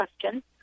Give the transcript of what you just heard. question